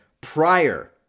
prior